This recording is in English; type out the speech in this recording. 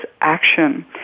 action